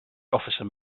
officer